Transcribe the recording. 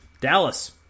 Dallas